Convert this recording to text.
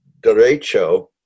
derecho